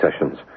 sessions